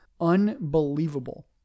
Unbelievable